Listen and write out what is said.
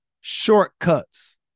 shortcuts